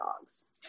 dogs